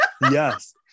yes